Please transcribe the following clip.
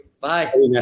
Bye